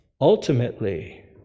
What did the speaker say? Ultimately